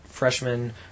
freshman